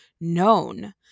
known